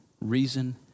reason